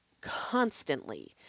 constantly